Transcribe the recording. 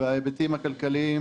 וההיבטים הכלכליים